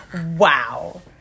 Wow